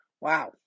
Wow